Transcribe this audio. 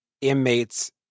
inmates